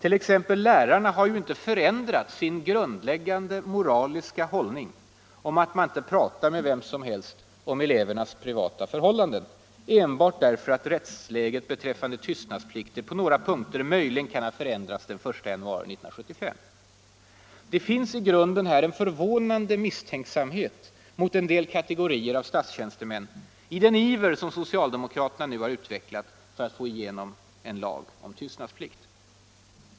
Lärarna har ju t.ex. inte förändrat sin grundläggande moraliska hållning om att man inte pratar med vem som helst om elevernas privata förhållanden enbart därför att rättsläget beträffande tystnadsplikter på några punkter möjligen kan ha förändrats sedan den 1 januari 1975. Det finns i grunden en förvånande misstänksamhet mot en del kategorier av statstjänstemän i den iver som socialdemokraterna nu har utvecklat för att få igenom en lag om tystnadsplikt.